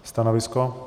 Stanovisko?